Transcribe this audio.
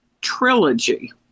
Trilogy